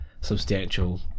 substantial